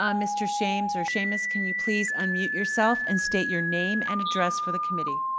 um mr. shames or shamus, can you please unmute yourself and state your name and address for the committee.